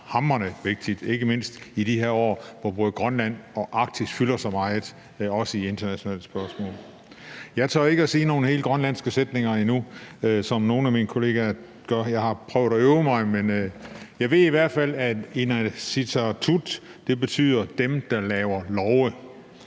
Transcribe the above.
hamrende vigtigt, ikke mindst i de her år, hvor både Grønland og Arktis fylder så meget, også i internationale spørgsmål. Jeg tør ikke at sige nogen hele grønlandske sætninger endnu, som nogle af mine kollegaer gør. Jeg har prøvet at øve mig. Men jeg ved i hvert fald, at Inatsisartut betyder »Dem, der laver love«.